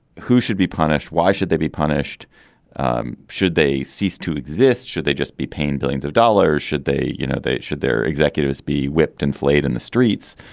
who should be punished. why should they be punished um should they cease to exist. should they just be paying billions of dollars should they. you know they should their executives be whipped and flayed in the streets.